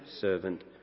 servant